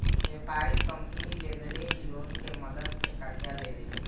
व्यापारिक company leverage loan के मदद से कर्जा लेवे ले